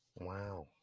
Wow